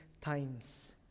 times